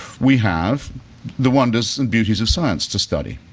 we have the wonders and beauty of science to study.